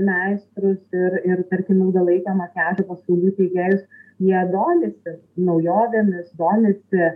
meistrus ir ir tarkim ilgalaikio makiažo paslaugų teikėjus jie domisi naujovėmis domisi